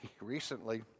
Recently